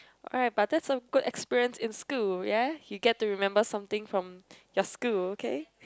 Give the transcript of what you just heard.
alright but that's a good experience in school ya you get to remember something from your school okay